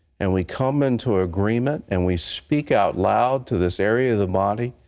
and we come into agreement and we speak out loud to this area of the body,